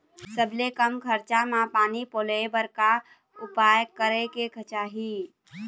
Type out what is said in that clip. सबले कम खरचा मा पानी पलोए बर का उपाय करेक चाही?